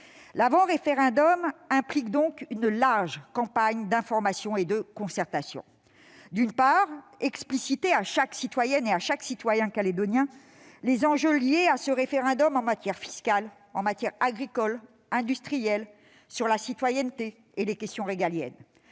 L'avant-référendum implique donc une large campagne d'informations et de concertations. D'une part, il s'agit d'expliciter à chaque citoyenne et citoyen calédonien les enjeux liés à ce référendum en matière fiscale, agricole et industrielle, sur la citoyenneté et sur les questions régaliennes